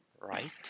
right